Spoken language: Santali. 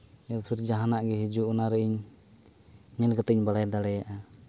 ᱮᱨᱯᱚᱨ ᱡᱟᱦᱟᱸᱱᱟᱜ ᱜᱮ ᱦᱤᱡᱩᱜ ᱚᱱᱟᱨᱮ ᱧᱮᱞ ᱠᱟᱛᱮᱧ ᱵᱟᱲᱟᱭ ᱫᱟᱲᱮᱭᱟᱜᱼᱟ